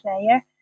player